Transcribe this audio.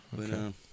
Okay